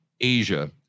Asia